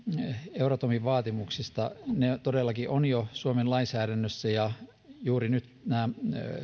euratomin vaatimuksista todellakin on jo suomen lainsäädännössä ja juuri nyt nämä